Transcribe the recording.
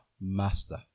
master